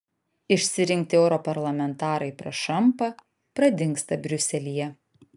išrinkti europarlamentarai prašampa pradingsta briuselyje